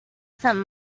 some